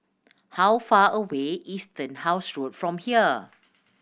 how far away is Turnhouse Road from here